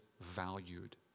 valued